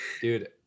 Dude